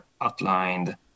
outlined